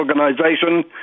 organization